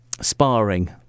sparring